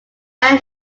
earn